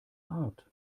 art